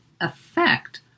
effect